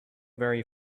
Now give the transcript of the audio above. very